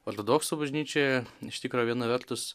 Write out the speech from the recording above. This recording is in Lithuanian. ortodoksų bažnyčioje iš tikro viena vertus